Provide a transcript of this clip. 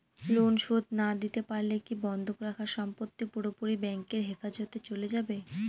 Loan শোধ না দিতে পারলে কি বন্ধক রাখা সম্পত্তি পুরোপুরি ব্যাংকের হেফাজতে চলে যাবে?